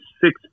six